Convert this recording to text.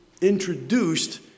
introduced